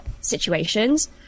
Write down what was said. situations